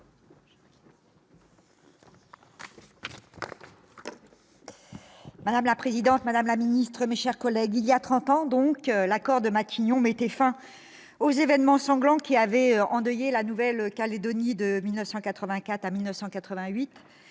Madame la présidente, madame la ministre, mes chers collègues, il y a trente ans, les accords de Matignon mettaient fin aux événements sanglants qui avaient endeuillé la Nouvelle-Calédonie de 1984 à 1988